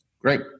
Great